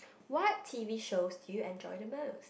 what t_v shows do you enjoy the most